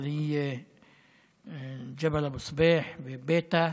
אבל היא ג'בל סבייח וביתא.